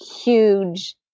huge